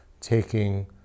taking